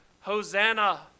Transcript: hosanna